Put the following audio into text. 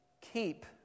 keep